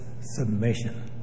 submission